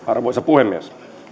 arvoisa puhemies